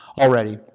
already